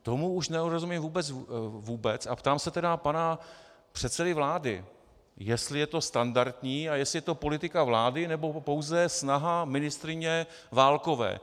Tomu už nerozumím vůbec, a ptám se tedy pana předsedy vlády, jestli je to standardní a jestli je to politika vlády, nebo pouze snaha ministryně Válkové.